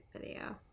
video